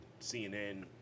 CNN